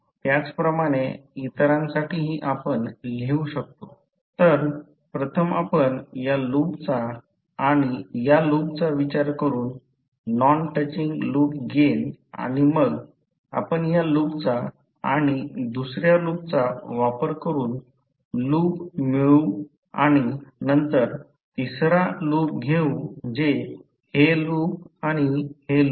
त्याचप्रमाणे इतरांसाठीही आपण लिहू शकतो तर प्रथम आपण या लूपचा आणि या लूपचा विचार करून नॉन टचिंग लूप गेन आणि मग आपण या लूपचा आणि दुसर्या लूपचा वापर करून लूप मिळवू आणि नंतर तिसरा लूप घेऊ जे हे लूप आणि हे लूप